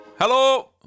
Hello